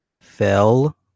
fell